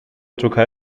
türkei